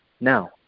now